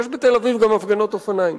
יש בתל-אביב גם הפגנות אופניים,